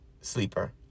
sleeper